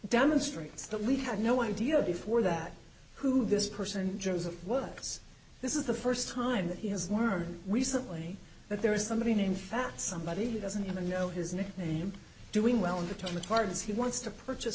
demonstrates that lee had no idea before that who this person joseph works this is the first time that he has learned recently that there is somebody named fat somebody who doesn't even know his nickname doing well in the time of cards he wants to purchase